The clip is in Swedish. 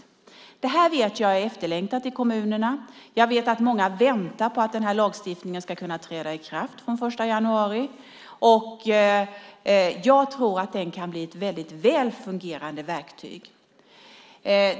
Jag vet att det här är efterlängtat i kommunerna. Jag vet att många väntar på att lagstiftningen ska träda i kraft den 1 januari. Jag tror att den kan bli ett väl fungerande verktyg.